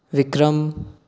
Vikram